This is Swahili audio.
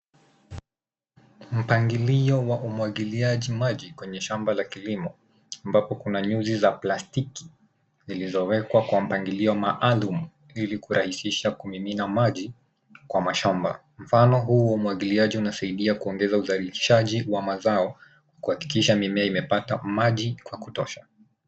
Mpangilio wa umwagiliaji maji kwenye shamba la kilimo ambapo kuna nyuzi za plastiki zilizowekwa kwa mpangilio maalum ili kurahisisha kumimina maji kwa mashamba. Mfano huu umwagiliaji unasaidia kuongeza uzalishaji wa mazao kuhakikisha mimea imepata maji kwa kutosha.